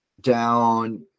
down